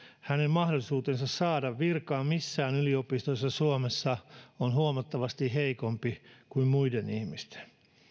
mahdollisuus saada virka missään yliopistoissa suomessa on huomattavasti heikompi kuin muiden ihmisten